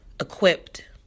equipped